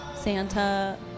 santa